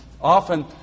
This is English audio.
often